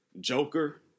Joker